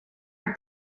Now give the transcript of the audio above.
het